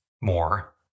more